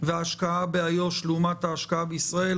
וההשקעה באיו"ש לעומת ההשקעה בישראל.